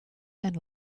and